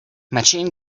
machine